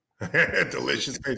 delicious